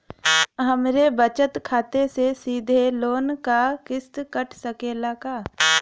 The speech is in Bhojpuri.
हमरे बचत खाते से सीधे लोन क किस्त कट सकेला का?